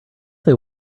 they